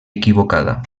equivocada